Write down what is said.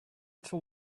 till